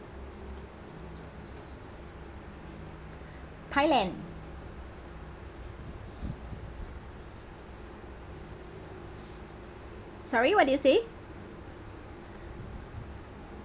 thailand sorry what did you say